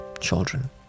children